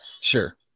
sure